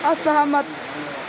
असहमत